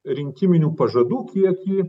rinkiminių pažadų kiekį